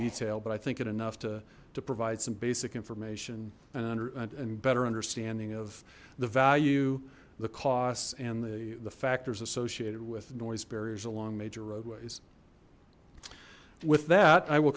detail but i think it enough to to provide some basic information and under and better understanding of the value the costs and the the factors associated with noise barriers along major roadways with that i will